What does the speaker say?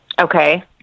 okay